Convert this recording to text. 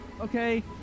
okay